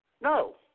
No